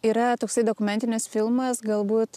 yra toksai dokumentinis filmas galbūt